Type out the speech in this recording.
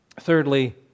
Thirdly